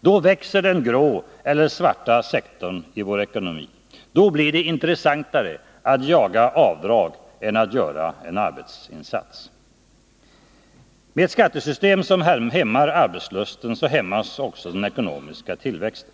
Då växer den grå eller svarta sektorn i vår ekonomi, då blir det intressantare att jaga avdrag än att göra en arbetsinsats. Med ett skattesystem som hämmar arbetslusten hämmas också den ekonomiska tillväxten.